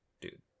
Dude